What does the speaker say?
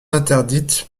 interdites